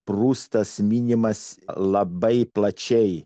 prustas minimas labai plačiai